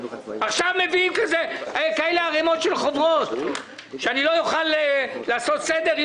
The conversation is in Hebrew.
עכשיו מביאים כאלה ערמות של חוברות כדי שלא אוכל לעשות עם זה סדר?